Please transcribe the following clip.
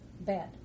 bed